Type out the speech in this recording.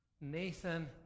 Nathan